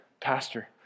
pastor